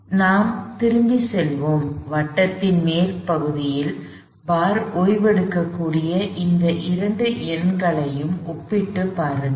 எனவே நாம் திரும்பிச் செல்வோம் வட்டத்தின் மேற்பகுதியில் பார் ஓய்வெடுக்கக்கூடிய இந்த இரண்டு எண்களையும் ஒப்பிட்டுப் பாருங்கள்